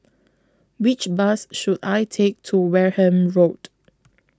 Which Bus should I Take to Wareham Road